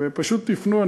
פשוט תפנו,